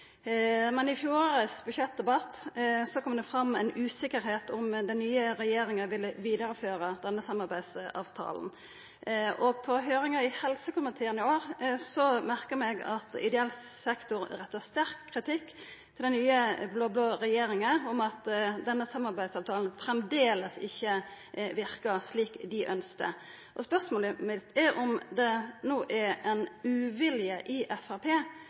men i budsjettdebatten i fjor kom det fram ei uvisse om den nye regjeringa ville føra vidare denne samarbeidsavtalen. Under høyringa i helsekomiteen i år merka eg meg at ideell sektor retta sterk kritikk mot den nye, blå-blå regjeringa for at denne samarbeidsavtalen framleis ikkje verka slik dei ønskte. Spørsmålet mitt er om det no er ein uvilje i